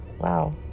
Wow